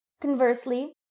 Conversely